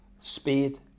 Speed